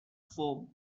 foam